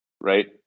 right